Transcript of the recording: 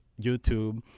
YouTube